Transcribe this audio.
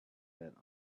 been